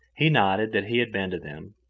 he nodded that he had been to them.